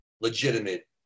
legitimate